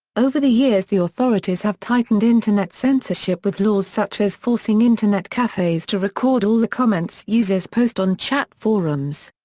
over the years the authorities have tightened internet censorship with laws such as forcing internet cafes to record all the comments users post on chat forums.